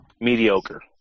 mediocre